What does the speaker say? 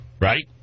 right